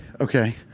Okay